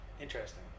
interesting